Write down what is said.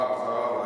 אחריו.